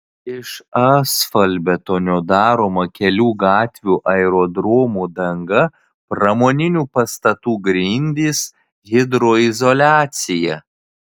iš asfaltbetonio daroma kelių gatvių aerodromų danga pramoninių pastatų grindys hidroizoliacija